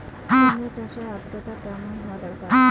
কুমড়ো চাষের আর্দ্রতা কেমন দরকার?